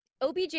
OBJ